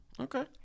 Okay